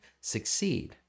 succeed